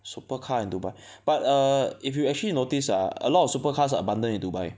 super car in Dubai but err if you actually notice ah a lot of super cars are abundant in Dubai